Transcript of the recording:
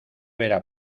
verá